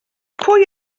pwy